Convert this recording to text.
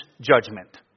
judgment